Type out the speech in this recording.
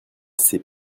ses